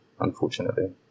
unfortunately